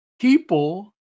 People